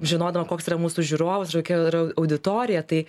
žinodavom koks yra mūsų žiūrovas ir kokia yra auditorija tai